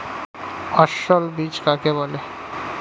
অসস্যল বীজ কাকে বলে?